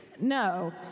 No